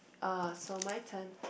uh so my turn